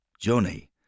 Johnny